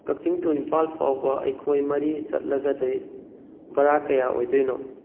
ꯀꯛꯆꯤꯡ ꯇꯨ ꯏꯝꯐꯥꯜ ꯐꯥꯎꯕ ꯑꯩꯈꯣꯏ ꯃꯔꯤ ꯆꯠꯂꯒꯗꯤ ꯕꯔꯥ ꯀꯌꯥ ꯑꯣꯏꯗꯣꯏꯅꯣ